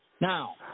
Now